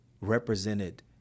represented